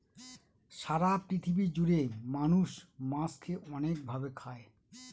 সারা পৃথিবী জুড়ে মানুষ মাছকে অনেক ভাবে খায়